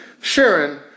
Sharon